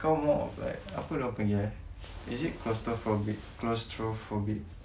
kau more of like apa diorang panggil eh is it claustrophobic